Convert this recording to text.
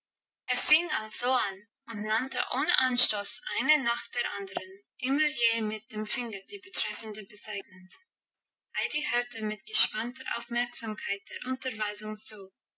fing also an und nannte ohne anstoß eine nach der anderen immer je mit dem finger die betreffende bezeichnend heidi hörte mit gespannter aufmerksamkeit der unterweisung zu